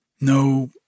No